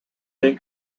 then